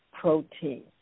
protein